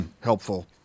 helpful